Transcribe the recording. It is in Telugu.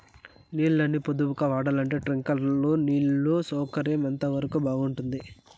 నీళ్ళ ని పొదుపుగా వాడాలంటే స్ప్రింక్లర్లు నీళ్లు సౌకర్యం ఎంతవరకు బాగుంటుంది?